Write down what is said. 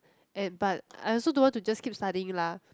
and but I also don't want to just keep studying lah